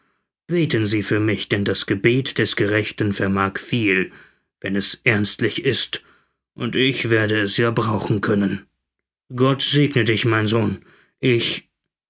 beten sie für mich denn das gebet des gerechten vermag viel wenn es ernstlich ist und ich werde es ja brauchen können gott segne dich mein sohn ich